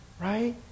right